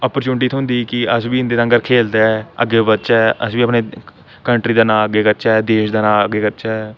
opportunity थ्होंदी कि अस बी इं'दे आंह्रग खेलचै अग्गें बधचै असी बी अग्गें अपनी कंट्री दा नांऽ अग्गें करचै देश दा नांऽ अग्गें करचै